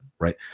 right